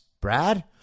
Brad